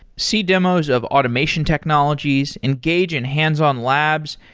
see demos of automation technologies, engage in hands-on labs,